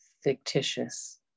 fictitious